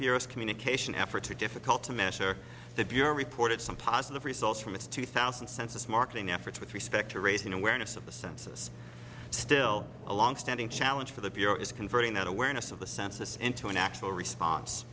bureau's communication efforts are difficult to measure the bureau reported some positive results from its two thousand census marketing efforts with respect to raising awareness of the census still a longstanding challenge for the bureau is converting that awareness of the census into an actual response